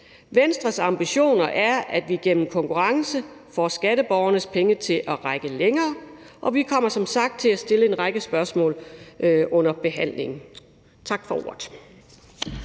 Venstres ambitioner er, at vi gennem konkurrence får skatteborgernes penge til at række længere, og vi kommer som sagt til at stille en række spørgsmål under behandlingen. Tak for ordet.